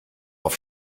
auf